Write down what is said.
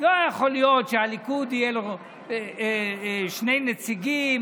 לא יכול להיות שלליכוד יהיו שני נציגים,